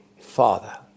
Father